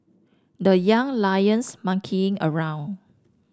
the Young Lions monkeying around